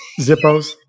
Zippos